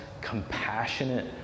compassionate